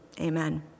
Amen